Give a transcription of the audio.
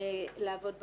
ולעבוד במערכת.